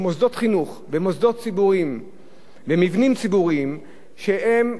ציבוריים צריכים לקבל רשיון מכיבוי אש